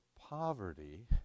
poverty